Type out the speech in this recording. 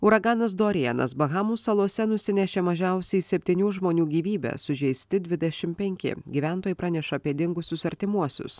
uraganas dorianas bahamų salose nusinešė mažiausiai septynių žmonių gyvybes sužeisti dvidešimt penki gyventojai praneša apie dingusius artimuosius